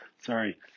sorry